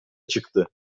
çıktı